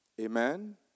Amen